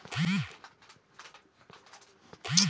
हम कृषि विभाग संबंधी लोन केना लैब?